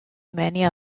many